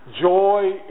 Joy